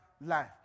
life